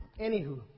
Anywho